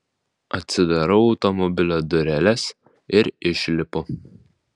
atsidarau automobilio dureles ir išlipu